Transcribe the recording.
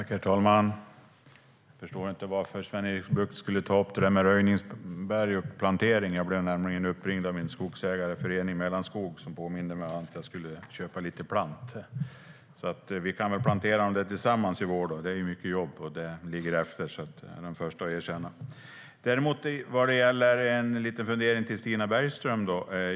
Herr talman! Jag förstår inte varför Sven-Erik Bucht skulle ta upp det där om röjningsberg och plantering. Jag blev nämligen uppringd av min skogsägarförening, Mellanskog, som påminde mig om att jag skulle köpa plantor. Vi kan väl plantera dem tillsammans i vår; det kräver mycket jobb och det släpar efter. Det är jag den förste att erkänna. Vad gäller det som Stina Bergström sa har jag en liten fundering.